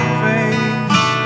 face